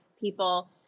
people